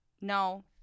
No